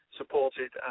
supported